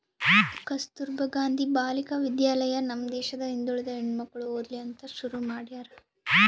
ಕಸ್ತುರ್ಭ ಗಾಂಧಿ ಬಾಲಿಕ ವಿದ್ಯಾಲಯ ನಮ್ ದೇಶದ ಹಿಂದುಳಿದ ಹೆಣ್ಮಕ್ಳು ಓದ್ಲಿ ಅಂತ ಶುರು ಮಾಡ್ಯಾರ